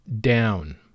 down